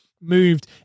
moved